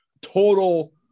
total